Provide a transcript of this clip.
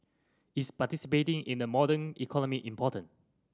is participating in a modern economy important